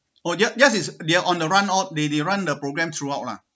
oh yes yes they're on the run out they they run the programme throughout lah